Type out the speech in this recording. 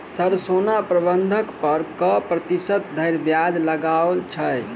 Sir सोना बंधक पर कऽ प्रतिशत धरि ब्याज लगाओल छैय?